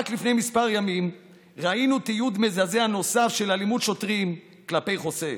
רק לפני כמה ימים ראינו תיעוד מזעזע נוסף של אלימות שוטרים כלפי חוסה.